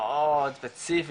מאוד ספציפי,